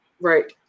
Right